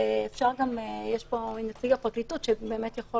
יש פה נציג הפרקליטות שיכול